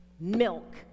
Milk